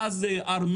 ואז זה ארנונה,